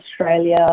Australia